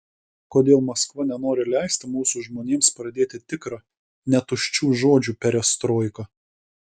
kodėl maskva nenori leisti mūsų žmonėms pradėti tikrą ne tuščių žodžių perestroiką